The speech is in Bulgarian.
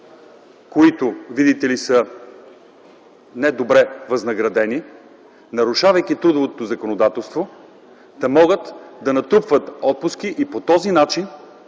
които, видите ли, са недобре възнаградени, нарушавайки трудовото законодателство, да могат да натрупват отпуски и по този начин